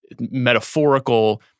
metaphorical